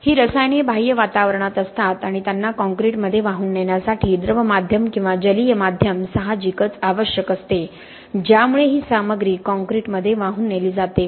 ही रसायने बाह्य वातावरणात असतात आणि त्यांना काँक्रीटमध्ये वाहून नेण्यासाठी द्रव माध्यम किंवा जलीय माध्यम साहजिकच आवश्यक असते ज्यामुळे ही सामग्री कॉंक्रिटमध्ये वाहून नेली जाते